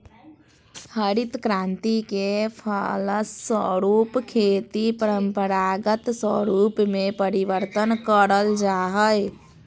हरित क्रान्ति के फलस्वरूप खेती के परम्परागत स्वरूप में परिवर्तन करल जा हइ